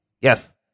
Yes